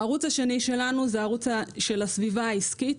הערוץ השני שלנו זה ערוץ של הסביבה העסקית,